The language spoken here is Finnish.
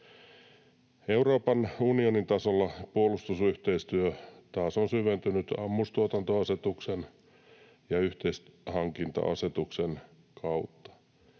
Euroopan unionin tasolla puolustusyhteistyö taas on syventynyt ammustuotantoasetuksen ja yhteishankinta-asetuksen kautta.